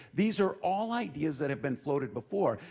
these are all ideas that have been floated before.